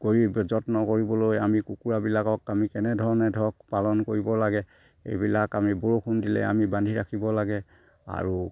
কৰি যত্ন কৰিবলৈ আমি কুকুৰাবিলাকক আমি কেনেধৰণে ধৰক পালন কৰিব লাগে এইবিলাক আমি বৰষুণ দিলে আমি বান্ধি ৰাখিব লাগে আৰু